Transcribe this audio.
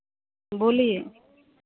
बोलिए